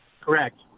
Correct